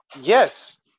Yes